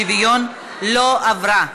שוויון) לא עברה.